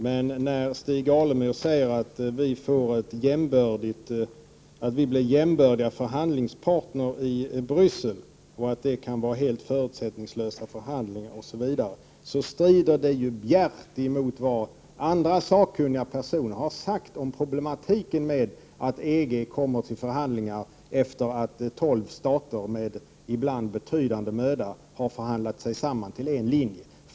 Men när Stig Alemyr sade att Sverige blir en jämbördig förhandlingspartner i Bryssel och att det kan ske helt förutsättningslösa förhandlingar, osv., strider det bjärt mot vad andra sakkunniga personer har sagt om problematiken när det gäller att EG kommer till förhandlingar efter att tolv stater med ibland betydande möda har förhandlat sig samman till en linje.